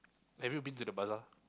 have you been to the bazaar